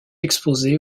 exposées